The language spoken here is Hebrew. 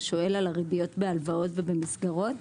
שואל על הריביות בהלוואות ובמסגרות?